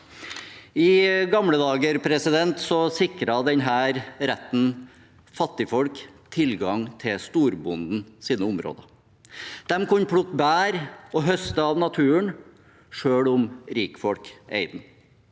I gamle dager sikret denne retten fattigfolk tilgang til storbondens områder. De kunne plukke bær og høste av naturen selv om rikfolk eide